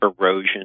erosion